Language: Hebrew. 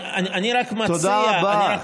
אני רק מציע,